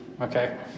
okay